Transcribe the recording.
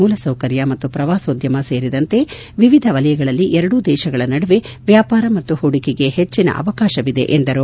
ಮೂಲಸೌಕರ್ಯ ಮತ್ತು ಶ್ರವಾಸೋದ್ದಮ ಸೇರಿದಂತೆ ವಿವಿಧ ವಲಯಗಳಲ್ಲಿ ಎರಡೂ ದೇಶಗಳ ನಡುವೆ ವ್ಲಾಪಾರ ಮತ್ತು ಹೂಡಿಕೆಗೆ ಹೆಚ್ಚಿನ ಅವಕಾಶವಿದೆ ಎಂದು ತಿಳಿಸಿದರು